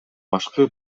башкы